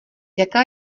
jaká